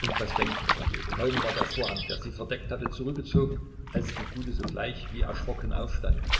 und was denken sie wohl kaum war der vorhang der sie verdeckt hatte zurückgezogen als die gute sogleich wie erschrocken aufstand